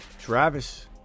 Travis